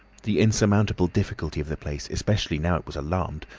the insurmountable difficulty of the place, especially now it was alarmed,